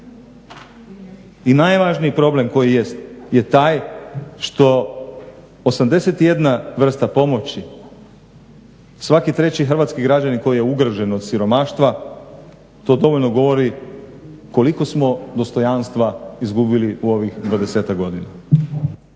I najvažniji problem koji jest je taj što 81 vrsta pomoći, svaki treći hrvatski građanin koji je ugrožen od siromaštva to dovoljno govori koliko smo dostojanstva izgubili u ovih 20-ak godina.